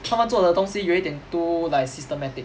他们做的东西有一点 too like systematic